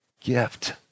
gift